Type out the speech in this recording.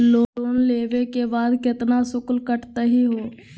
Loan लेवे के बाद केतना शुल्क कटतही हो?